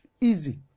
easy